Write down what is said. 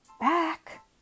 back